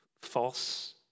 false